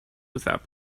without